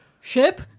ship